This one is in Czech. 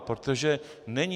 Protože není...